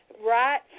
Right